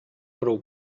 prou